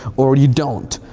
or you don't.